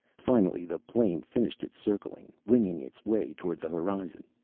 finally the plane finished its circling, winging its way toward the horizon.